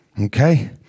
okay